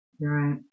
Right